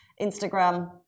Instagram